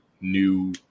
new